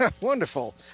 Wonderful